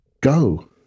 go